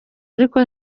ariko